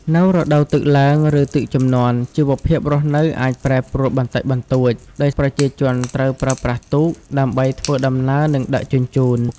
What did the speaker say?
នៅរដូវទឹកឡើង ឬទឹកជំនន់ ជីវភាពរស់នៅអាចប្រែប្រួលបន្តិចបន្តួច ដោយប្រជាជនត្រូវ ប្រើប្រាស់ទូក ដើម្បីធ្វើដំណើរ និងដឹកជញ្ជូន ។